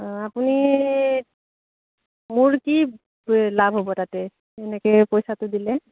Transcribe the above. অঁ আপুনি মোৰ কি লাভ হ'ব তাতে এনেকে পইচাটো দিলে